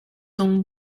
donc